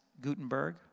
Gutenberg